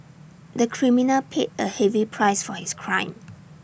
the criminal paid A heavy price for his crime